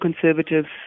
Conservatives